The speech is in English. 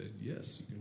yes